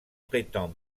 traitant